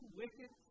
wicked